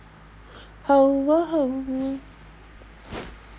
how ah how ah